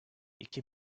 i̇ki